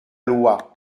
loi